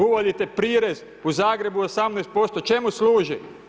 Uvodite prirez, u Zagrebu je 18%, čemu služi?